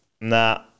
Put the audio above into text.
nah